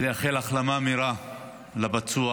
ולאחל החלמה מהירה לפצוע.